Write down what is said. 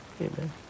Amen